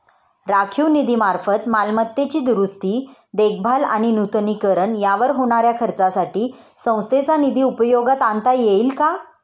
राखीव निधीमार्फत मालमत्तेची दुरुस्ती, देखभाल आणि नूतनीकरण यावर होणाऱ्या खर्चासाठी संस्थेचा निधी उपयोगात आणता येईल का?